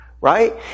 right